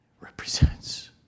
represents